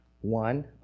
one